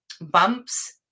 bumps